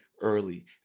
early